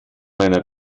meiner